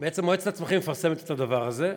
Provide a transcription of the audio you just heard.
בעצם מועצת הצמחים מפרסמת את הדבר הזה.